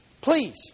please